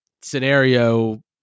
scenario